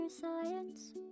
science